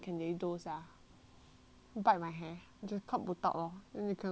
bite my hair just cut botak lor then they cannot bite already